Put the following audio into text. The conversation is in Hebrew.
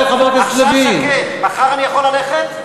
מחר אני יכול ללכת?